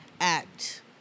act